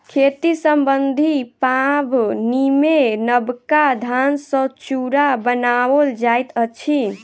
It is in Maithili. खेती सम्बन्धी पाबनिमे नबका धान सॅ चूड़ा बनाओल जाइत अछि